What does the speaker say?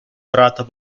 vrata